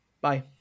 Bye